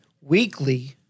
weekly